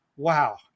Wow